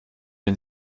den